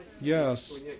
Yes